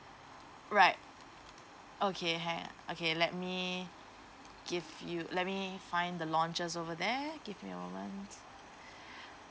right okay hang okay let me give you let me find the launches over there give me a moment